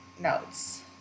notes